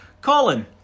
Colin